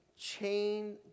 chain